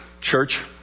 church